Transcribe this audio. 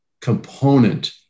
component